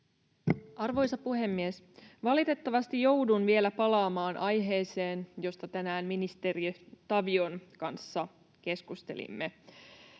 Arvoisa puhemies! Valitettavasti joudun vielä palaamaan aiheeseen, josta tänään ministeri Tavion kanssa keskustelimme,